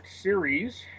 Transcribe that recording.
series